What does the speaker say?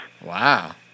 Wow